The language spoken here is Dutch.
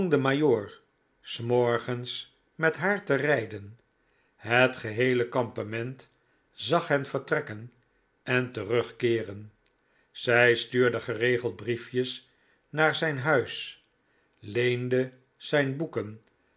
s morgens met haar te rijden het geheele kampement zag hen vertrekken en terugkeeren zij stuurde geregeld briefjes naar zijn huis leende zijn boeken